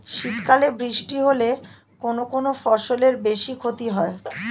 শীত কালে বৃষ্টি হলে কোন কোন ফসলের বেশি ক্ষতি হয়?